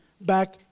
back